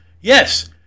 Yes